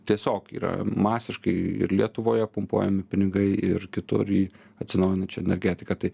tiesiog yra masiškai ir lietuvoje pumpuojami pinigai ir kitur į atsinaujinančią energetiką tai